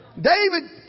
David